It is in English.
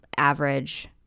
average